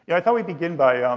yeah i thought we'd begin by. um